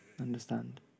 understand